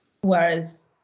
Whereas